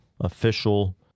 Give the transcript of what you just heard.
official